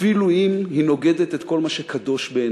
אפילו אם היא נוגדת את כל מה שקדוש בעיניו.